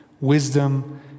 wisdom